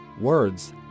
words